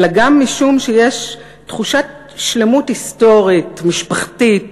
אלא גם משום שיש תחושת שלמות היסטורית, משפחתית